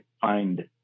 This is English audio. find